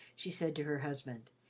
she said to her husband.